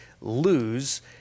lose